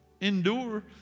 endure